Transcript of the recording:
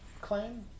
claim